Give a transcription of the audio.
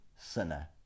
sinner